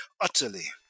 utterly